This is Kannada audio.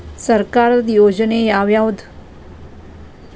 ಸರ್ಕಾರದ ಯೋಜನೆ ಯಾವ್ ಯಾವ್ದ್?